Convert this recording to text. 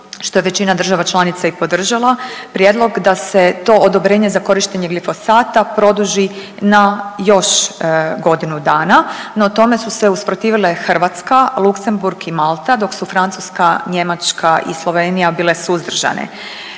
što je većina država članica i podržala prijedlog da se to odobrenje za korištenje glifosata produži na još godinu dana. No, tome su se usprotivile Hrvatska, Luxemburg i Malta dok su Francuska, Njemačka i Slovenija bile suzdržane.